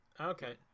Okay